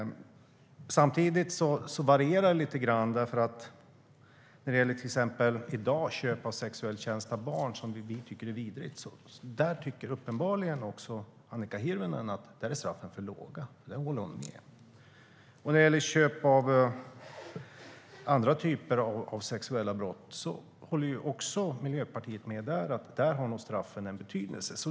Samtidigt varierar det lite grann. När det gäller till exempel köp av sexuell tjänst av barn, som vi tycker är vidrigt, tycker uppenbarligen även Annika Hirvonen att straffen är för låga. Där håller hon med. När det gäller andra typer av sexuella brott håller Miljöpartiet också med om att straffen nog har betydelse.